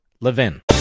LEVIN